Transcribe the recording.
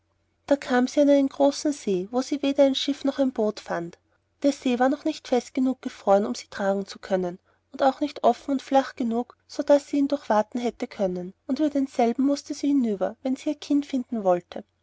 da kam sie an einen großen see wo sie weder ein schiff noch ein boot fand der see war noch nicht fest genug gefroren um sie tragen zu können und auch nicht offen und flach genug sodaß sie ihn hätte durchwaten können und über denselben mußte sie hinüber wenn sie ihr kind finden wollte